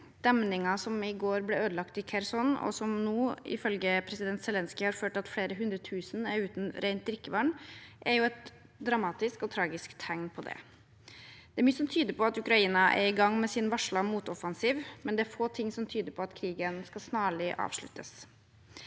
Demningen som i går ble ødelagt i Kherson, og som nå, ifølge president Zelenskyj, har ført til at flere hundre tusen er uten rent drikkevann, er et dramatisk og tragisk tegn på det. Det er mye som tyder på at Ukraina er i gang med sin varslede motoffensiv, men det er få ting som tyder på at krigen snarlig avsluttes.